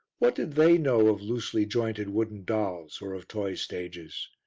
what did they know of loosely jointed wooden dolls or of toy stages?